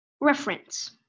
Reference